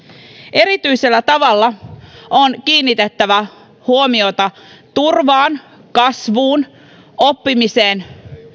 erityisellä tavalla on kiinnitettävä huomiota turvaan kasvuun oppimiseen